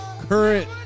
current